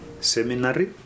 seminary